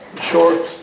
short